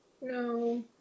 no